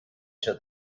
show